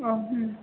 औ उम